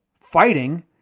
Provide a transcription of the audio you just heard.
fighting